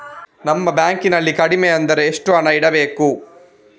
ನಮ್ಮ ಬ್ಯಾಂಕ್ ನಲ್ಲಿ ಕಡಿಮೆ ಅಂದ್ರೆ ಎಷ್ಟು ಹಣ ಇಡಬೇಕು?